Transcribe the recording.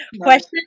question